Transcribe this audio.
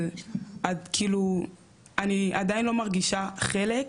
אבל כאילו אני עדיין לא מרגישה חלק ,